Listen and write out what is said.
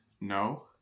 No